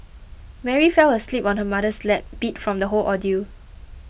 Mary fell asleep on her mother's lap beat from the whole ordeal